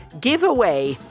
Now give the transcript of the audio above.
giveaway